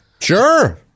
Sure